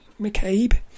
McCabe